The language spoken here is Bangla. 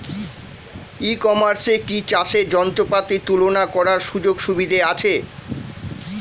ই কমার্সে কি চাষের যন্ত্রপাতি তুলনা করার সুযোগ সুবিধা আছে?